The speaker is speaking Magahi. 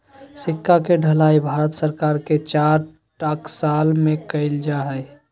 सिक्का के ढलाई भारत सरकार के चार टकसाल में कइल जा हइ